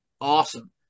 awesome